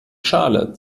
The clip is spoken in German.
schale